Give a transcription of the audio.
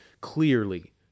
clearly